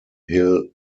hill